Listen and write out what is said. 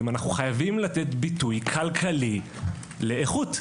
אנחנו חייבים לתת ביטוי כלכלי לאיכות,